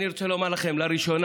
אני רוצה לומר לכם שלראשונה